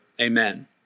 Amen